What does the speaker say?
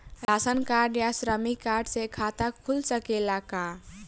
Ration card या श्रमिक card से खाता खुल सकेला का?